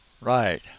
Right